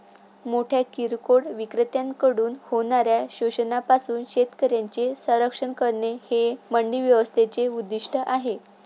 मोठ्या किरकोळ विक्रेत्यांकडून होणाऱ्या शोषणापासून शेतकऱ्यांचे संरक्षण करणे हे मंडी व्यवस्थेचे उद्दिष्ट आहे